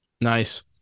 Nice